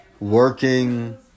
working